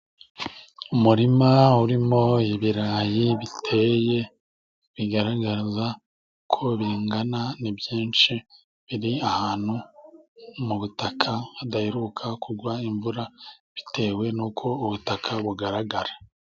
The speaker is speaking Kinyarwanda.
Umurima urimo ibirayi biteye, bigaragaza ko bingana. Ni byinshi biri ahantu mu butaka hadaheruka kugwa imvura, bitewe n'uko ubutaka bugaragara.